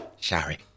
Sorry